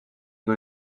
kui